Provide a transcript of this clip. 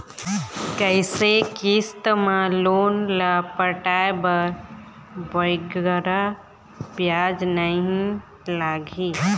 कइसे किस्त मा लोन ला पटाए बर बगरा ब्याज नहीं लगही?